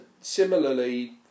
similarly